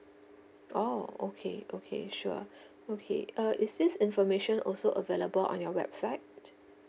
oh okay okay sure okay uh is this information also available on your website